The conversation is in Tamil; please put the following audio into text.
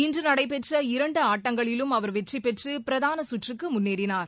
இன்று நடைபெற்ற இரண்டு ஆட்டங்களிலும் அவர் வெற்றி பெற்று பிரதான சுற்றுக்கு முன்னேறினார்